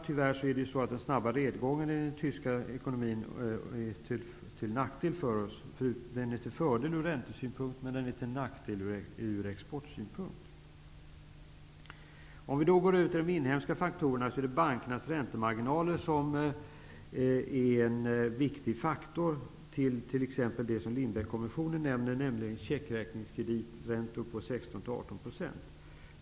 Tyvärr är det så att den snabba nedgången i den tyska ekonomin är till fördel för oss ur räntesynpunkt, men till nackdel ur exportsynpunkt. Om vi då går över till de inhemska faktorerna är det bankernas räntemarginaler som är en viktig faktor till det som t.ex. Lindbeckkommissionen nämner, nämligen checkräkningskrediträntor på 16--18 %.